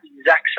exact